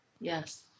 Yes